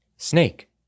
Snake